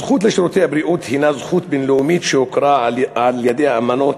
הזכות לשירותי הבריאות הנה זכות בין-לאומית שהוכרה על-ידי אמנות